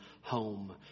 home